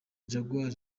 jaguar